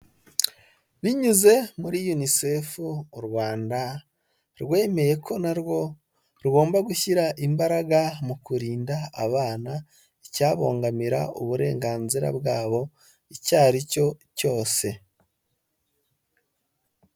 Binyuze muri Unicef u Rwanda rwemeye ko na rwo rugomba gushyira imbaraga, mu kurinda abana, icyabongamira uburenganzira bwabo icyo ari cyo cyose.